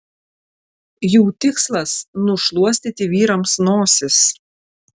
jų tikslas nušluostyti vyrams nosis